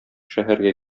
шәһәргә